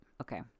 Okay